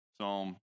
Psalm